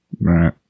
Right